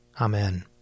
Amen